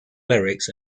lyrics